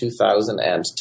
2010